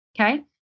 okay